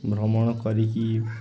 ଭ୍ରମଣ କରିକି